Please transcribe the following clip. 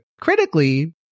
critically